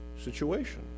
situation